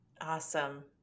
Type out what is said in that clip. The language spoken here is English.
Awesome